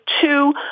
two